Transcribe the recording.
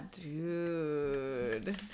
dude